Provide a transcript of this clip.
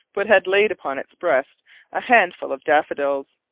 but had laid upon its breast a handful of daffodils.